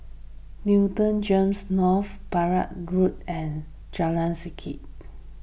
Newton Gems North Barker Road and Jalan Setia